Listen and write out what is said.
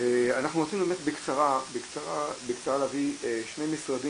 אנחנו רוצים להביא בקצרה שני משרדים,